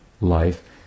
life